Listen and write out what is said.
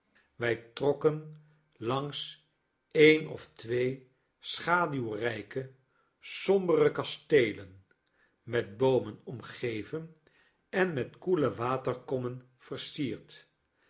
wij trokken langs een of twee schaduwrijke sombere kasteelen met boomen omgeven en met koele waterkommen versierd